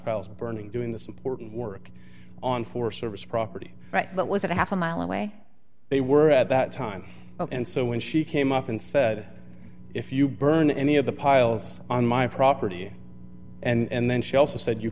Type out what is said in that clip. piles burning doing this important work on for service property rights but with a half a mile away they were at that time and so when she came up and said if you burn any of the piles on my property and then she also said you